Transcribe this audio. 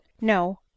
no